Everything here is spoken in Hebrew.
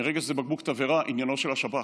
מרגע שזה בקבוק תבערה, עניינו של השב"כ.